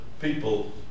people